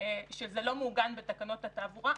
שזה לא מעוגן בתקנות התעבורה.